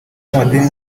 b’amadini